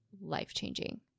life-changing